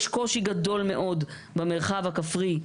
יש קושי גדול מאוד במרחב הכפרי,